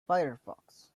firefox